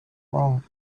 wrong